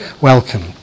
Welcome